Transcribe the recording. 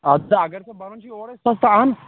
اَدٕ اگر ژےٚ بَنان چھُی اورے سَستہٕ اَن